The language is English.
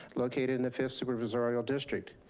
located in the fifth supervisorial district.